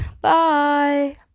Bye